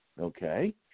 Okay